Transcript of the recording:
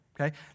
okay